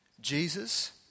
Jesus